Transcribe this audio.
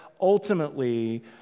ultimately